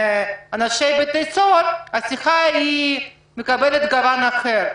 אנשי בתי הסוהר השיחה מקבלת גוון אחר.